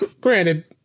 granted